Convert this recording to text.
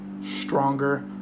stronger